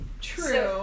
True